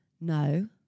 No